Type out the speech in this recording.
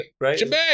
right